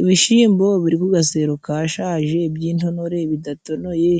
Ibishimbo biri ku gaseru kashaje by'intonore bidatonoye,